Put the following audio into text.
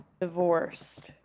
divorced